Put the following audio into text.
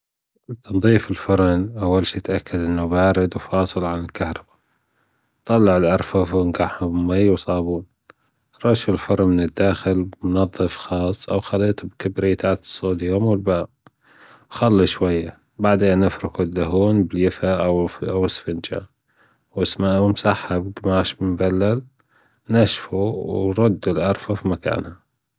تنظيف الفرن أول شي أتأكدوا أن بارد وفاصل عن الكهربا طلع الأرفف وانجعها في ماي وصابون ورش الفرن من الداخل بمنظف خاص أو خليط بكبريتات الصوديوم والماء خلي شويا وبعدين أفرك الدهون بليفه أو أسفنجه وامسحها بجماش مبلل نشفه ورد الأرفف مكانها.